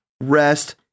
rest